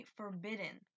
forbidden